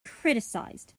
criticized